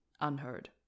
unheard